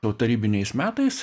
o tarybiniais metais